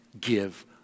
give